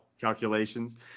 Calculations